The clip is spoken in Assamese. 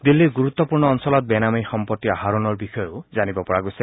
দিল্লীৰ গুৰুত্বপূৰ্ণ অঞ্চলত বেনামী সম্পত্তি আহৰণৰ বিষয়েও জানিব পৰা গৈছে